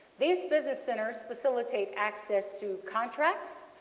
these business centres facilitate access through contracts,